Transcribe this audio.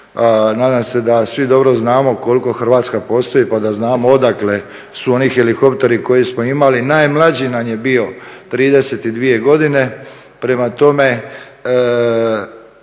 nadam se da svi dobro znamo koliko Hrvatska postoji pa da znamo odakle su oni helikopteri koje smo imali, najmlađi nam je bio 32 godine,